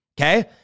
okay